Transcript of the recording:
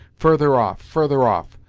further off further off.